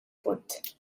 punt